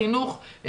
החינוך,